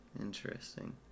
Interesting